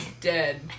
dead